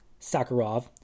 Sakharov